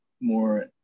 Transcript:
more